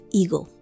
ego।